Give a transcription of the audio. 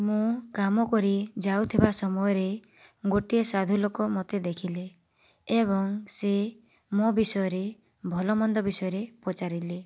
ମୁଁ କାମ କରି ଯାଉଥିବା ସମୟରେ ଗୋଟିଏ ସାଧୁ ଲୋକ ମୋତେ ଦେଖିଲେ ଏବଂ ସେ ମୋ ବିଷୟରେ ଭଲ ମନ୍ଦ ବିଷୟରେ ପଚାରିଲେ